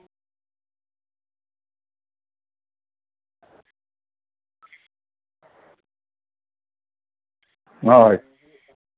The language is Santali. ᱦᱳᱭ